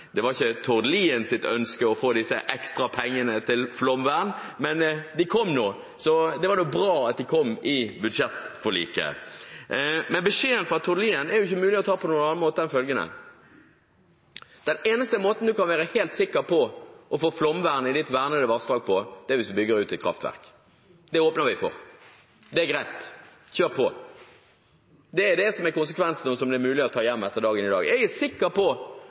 Det var ikke Tord Liens ønske å få disse ekstra pengene til flomvern, men de kom, så det var bra at de kom i budsjettforliket. Men beskjeden fra Tord Lien er ikke mulig å ta på noen annen måte enn følgende: Den eneste måten en kan være helt sikker på å få flomvern i sitt vernede vassdrag på, er hvis en bygger ut et kraftverk. Det åpner vi for. Det er greit. Kjør på! Det er det som er konsekvensen, og som det er mulig å ta med hjem etter dagen i dag. Jeg er sikker på